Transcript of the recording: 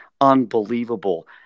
unbelievable